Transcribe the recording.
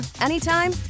anytime